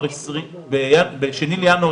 תכנית תמ"א